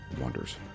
wonders